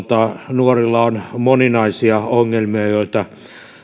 nuorilla on moninaisia ongelmia joita